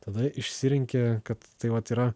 tada išsirenki kad tai vat yra